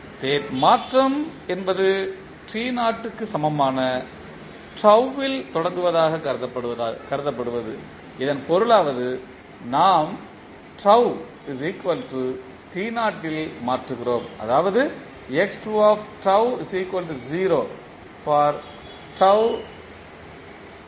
state மாற்றம் என்பது க்கு சமமான 'டௌ' வில் தொடங்குவதாகக் கருதப்படுவது பொருளாவது நாம் டௌ இல் மாற்றுகிறோம் அதாவது